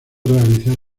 realizar